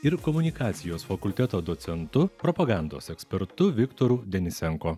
ir komunikacijos fakulteto docentu propagandos ekspertu viktoru denisenko